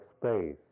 space